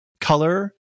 color